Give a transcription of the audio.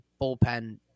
bullpen